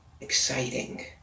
exciting